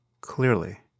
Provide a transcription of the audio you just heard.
clearly